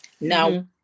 Now